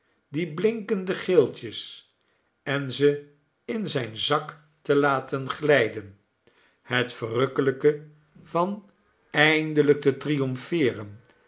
die blinkende geeltjes en ze in zijn zak te laten glijden het verrukkelijke van eindelijk te